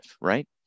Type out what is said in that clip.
right